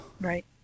Right